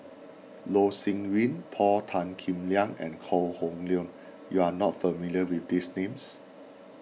Loh Sin Yun Paul Tan Kim Liang and Kok Hong Leun you are not familiar with these names